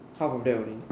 half of that only